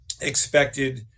expected